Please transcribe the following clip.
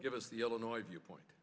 give us the illinois viewpoint